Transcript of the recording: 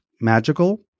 magical